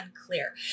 unclear